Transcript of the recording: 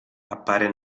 appare